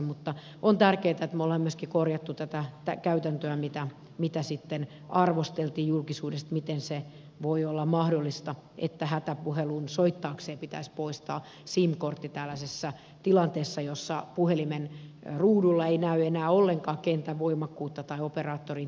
mutta on tärkeätä että me olemme myöskin korjanneet tätä käytäntöä jota arvosteltiin julkisuudessa sitä miten voi olla mahdollista että hätäpuhelun soittaakseen pitäisi poistaa sim kortti tällaisessa tilanteessa jossa puhelimen ruudulla ei näy enää ollenkaan kentän voimakkuutta tai operaattorin tietoja